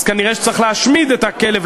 אז כנראה שצריך להשמיד את הכלב,